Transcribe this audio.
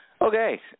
Okay